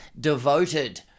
Devoted